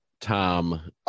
Tom